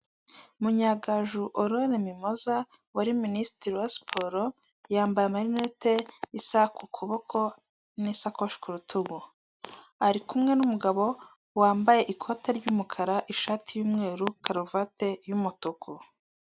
Munyagaju Aurone Muhoza wari minisitiri wa siporo, yambaye amarinete isaha ku kuboko n'isakoshi ku rutugu ari kumwe n'umugabo wambaye ikote ry'umukara ishati y'umweru karuvati y'umutuku.